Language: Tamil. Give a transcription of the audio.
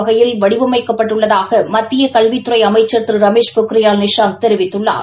வகையில் வடிவமைக்கப்பட்டுள்ளதாக மத்திய கல்வித்துறை அமைச்சர் திரு ரமேஷ் பொக்ரியால் நிஷாங் தெரிவித்துள்ளார்